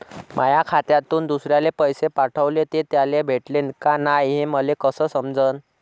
माया खात्यातून दुसऱ्याले पैसे पाठवले, ते त्याले भेटले का नाय हे मले कस समजन?